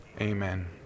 Amen